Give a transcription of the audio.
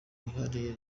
hihariye